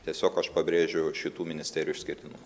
tiesiog aš pabrėžiu šitų ministerijų išskirtinumą